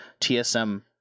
tsm